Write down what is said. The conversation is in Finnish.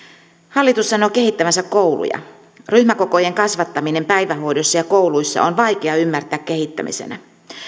hallitus sanoo kehittävänsä kouluja ryhmäkokojen kasvattaminen päivähoidossa ja kouluissa on vaikea ymmärtää kehittämisenä